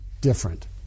different